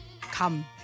come